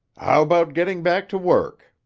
how about getting back to work?